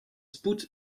spoed